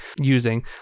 using